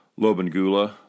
Lobangula